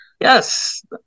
Yes